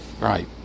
right